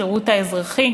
השירות האזרחי,